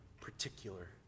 particular